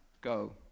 go